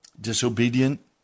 Disobedient